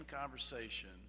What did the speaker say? conversation